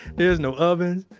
there's no ovens,